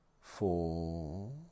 four